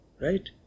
right